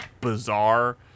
bizarre